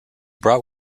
brought